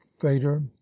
fader